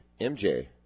MJ